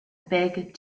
big